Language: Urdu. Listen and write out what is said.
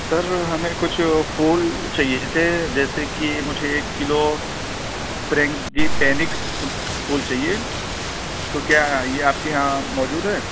سر ہمیں کچھ پھول چاہیے تھے جیسے کہ مجھے ایک کلو فرینجی پینکس پھول چاہیے تو کیا یہ آپ کے یہاں موجود ہے